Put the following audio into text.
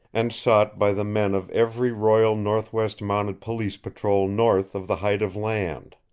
and sought by the men of every royal northwest mounted police patrol north of the height of land.